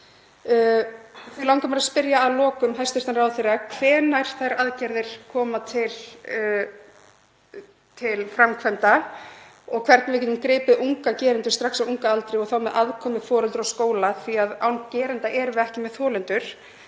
Því langar mig að spyrja hæstv. ráðherra hvenær þær aðgerðir koma til framkvæmda og hvernig við getum gripið unga gerendur strax á unga aldri og þá með aðkomu foreldra og skóla, því að án gerenda erum við ekki með þolendur.